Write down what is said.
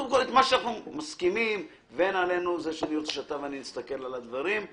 תהיה שאם הם לא יעבירו נתונים לשביעות רצון